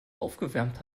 aufgewärmt